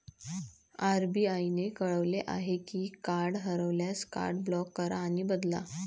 RBI ने कळवले आहे की कार्ड हरवल्यास, कार्ड ब्लॉक करा आणि बदला